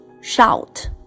Shout